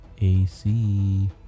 AC